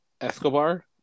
Escobar